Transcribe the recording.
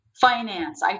finance